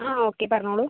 ആ ഓക്കേ പറഞ്ഞോളു